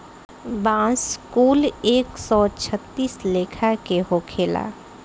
बांस कुल एक सौ छत्तीस लेखा के होखेला